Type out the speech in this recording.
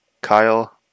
Kyle